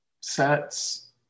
sets